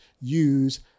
use